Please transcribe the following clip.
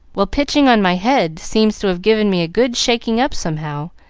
well, pitching on my head seems to have given me a good shaking up, somehow,